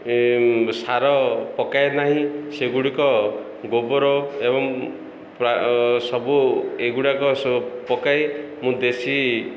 ସାର ପକାଏ ନାହିଁ ସେଗୁଡ଼ିକ ଗୋବର ଏବଂ ସବୁ ଏଗୁଡ଼ାକ ପକାଇ ମୁଁ ଦେଶୀ